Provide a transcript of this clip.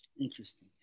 Interesting